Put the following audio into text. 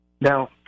Now